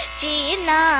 china